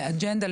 לאג'נדה,